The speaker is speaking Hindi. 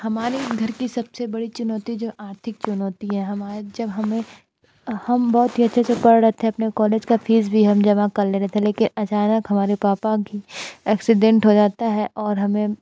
हमारे इधर की सबसे बड़ी चुनौती जो आर्थिक चुनौती है हमारे जब हमें हम बहुत ही अच्छे अच्छे से पढ़ रहे थे अपने कॉलेज का फीस भी हम जमा कर ले रहे थे लेकिन अचानक हमारे पापा की एक्सीडेंट हो जाता है और हमें